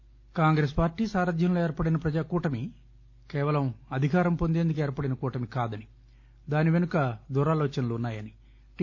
హరీష్రావుః కాంగ్రెస్పార్టీ సారధ్యంలో ఏర్పడిన ప్రజా కూటమి కేవలం అధికారం పొందేందుకు ఏర్పడిన కూటమి కాదని దాని పెనుక దురాలోచనలు వున్నాయని టి